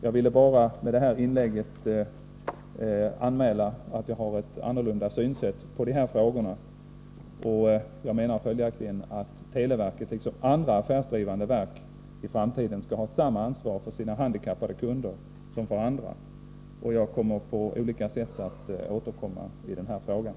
Jag ville bara med det här inlägget anmäla att jag har ett annorlunda synsätt när det gäller de här frågorna. Jag menar följaktligen att televerket, liksom andra affärsdrivande verk, i framtiden skall ha samma ansvar för sina handikappade kunder som för andra kunder. Jag kommer att på olika sätt återkomma i den här frågan.